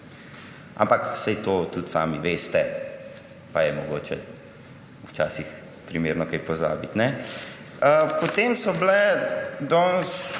Ampak saj to tudi sami veste, pa je mogoče včasih primerno kaj pozabiti. Potem so se danes